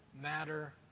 matter